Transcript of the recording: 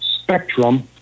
spectrum